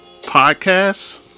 Podcasts